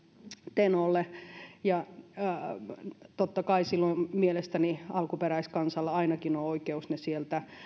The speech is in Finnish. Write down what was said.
tenolle niin totta kai silloin ainakin alkuperäiskansalla on oikeus ne sieltä